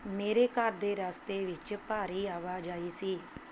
ਮੇਰੇ ਘਰ ਦੇ ਰਸਤੇ ਵਿੱਚ ਭਾਰੀ ਆਵਾਜਾਈ ਸੀ